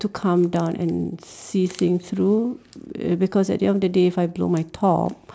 to calm down and see things through uh because at the end of the day if I blow my top